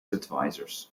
advisors